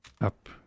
Up